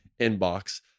inbox